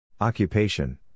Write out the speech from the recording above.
occupation